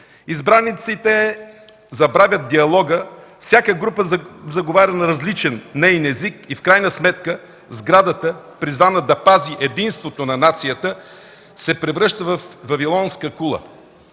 избраниците забравят диалога, всяка група заговаря на различен, неин език и в крайна сметка сградата, призвана да пази единството на нацията, се превръща във Вавилонска кула.